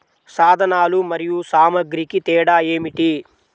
సాధనాలు మరియు సామాగ్రికి తేడా ఏమిటి?